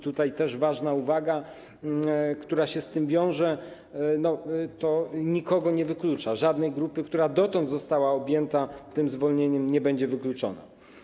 Tutaj też ważna uwaga, która się z tym wiąże: to nikogo nie wyklucza, żadna grupa, która dotąd została objęta tym zwolnieniem, nie będzie wykluczona.